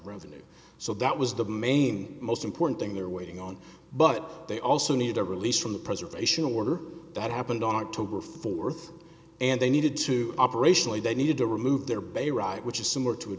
revenue so that was the main most important thing they're waiting on but they also need a release from the preservation order that happened on october fourth and they needed to operationally they needed to remove their bay right which is similar to a